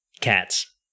Cats